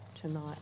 tonight